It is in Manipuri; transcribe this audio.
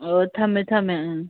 ꯑꯣ ꯊꯝꯃꯦ ꯊꯝꯃꯦ ꯑ